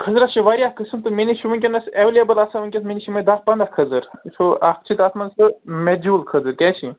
کھٔزٕرس چھِ وارِیاہ قٕسٕم تہٕ مےٚ نِش وُنکٮ۪نس ایٚویلیبُل آسان وُنکٮ۪س مےٚ نِش یِمَے دَہ پنٛداہ کھٔزٕر سو اکھ چھِ تتھ منٛز سُہ میجوٗل کھٔزٕر کیٛاہ چھِ یِم